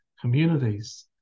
communities